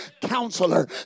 counselor